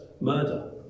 murder